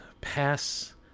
pass